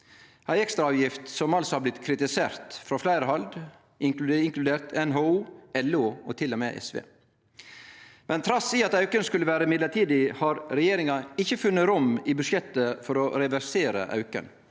er ei ekstra avgift som altså har blitt kritisert frå fleire hald, inkludert NHO og LO – og til og med SV. Men trass i at auken skulle vere midlertidig, har regjeringa ikkje funne rom i budsjettet for å reversere auken.